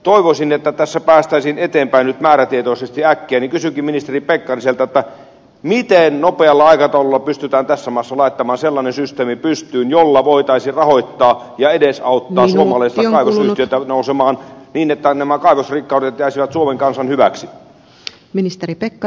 toivoisin että tässä päästäisiin eteenpäin nyt määrätietoisesti ja äkkiä ja kysynkin ministeri pekkariselta miten nopealla aikataululla pystytään tässä maassa laittamaan sellainen systeemi pystyyn jolla voitaisiin rahoittaa ja edesauttaa suomalaisia kaivosyhtiöitä nousemaan niin että nämä kaivosrikkaudet jäisivät suomen kansan hyväksi